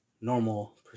normal